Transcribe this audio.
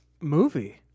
movie